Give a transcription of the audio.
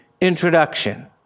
introduction